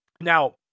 Now